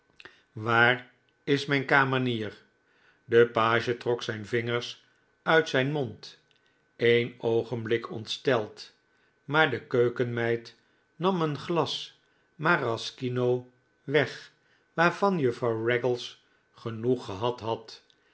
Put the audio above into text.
waar is mijn kamenier de page trok zijn vingers uit zijn mond een oogenblik ontsteld maar de keukenmeid nam een glas maraskino weg waarvan juffrouw raggles genoeg gehad had